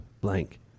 blank